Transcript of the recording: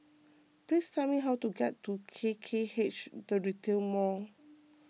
please tell me how to get to K K H the Retail Mall